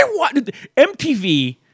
MTV